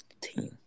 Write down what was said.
team